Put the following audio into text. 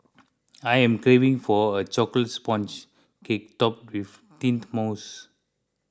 I am craving for a Chocolate Sponge Cake Topped with Mint Mousse